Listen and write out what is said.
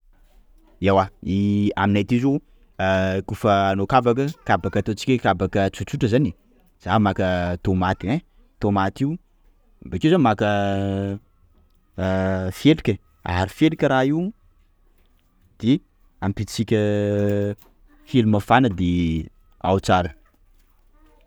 Ewa aminay aty zao: kôfa hanao kabaka, kabaka ataontsika hoe kabaka tsotsotra zany e! za maka tomate ein, tomate io, bakeo za maka felika e! aharo felika raha io, de ampitsika fely mafana de ao tsara.